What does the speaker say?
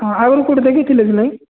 ହଁ ଆଗରୁ କେଉଁଠି ଦେଖେଇଥିଲ କି ଭାଇ